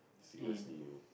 seriously man